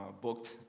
booked